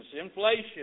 inflation